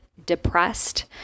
depressed